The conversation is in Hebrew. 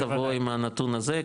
תבוא עם הנתון הזה,